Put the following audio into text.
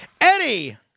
Eddie